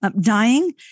dying